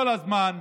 כל הזמן,